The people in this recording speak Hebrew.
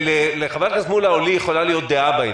לחבר הכנסת מולא או לי יכולה להיות דעה בעניין.